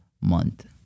month